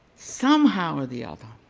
somehow or the other